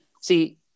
See